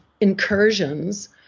incursions